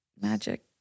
Magic